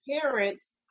parents